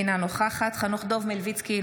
אינה נוכחת חנוך דב מלביצקי,